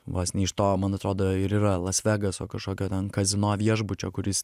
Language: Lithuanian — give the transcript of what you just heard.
vos ne iš to man atrodo ir yra las vegaso kažkokio ten kazino viešbučio kur jis